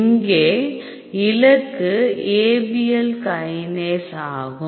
இங்கே இலக்கு Abl kinase ஆகும்